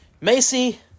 Macy